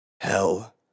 Hell